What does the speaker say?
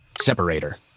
Separator